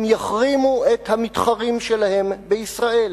הם יחרימו את המתחרים שלהם בישראל.